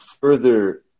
further